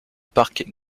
parc